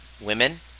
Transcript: women